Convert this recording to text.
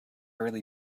really